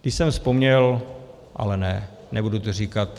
Když jsem vzpomněl ale ne, nebudu to říkat.